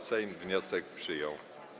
Sejm wniosek przyjął.